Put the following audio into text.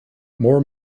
more